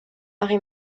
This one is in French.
harry